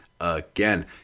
again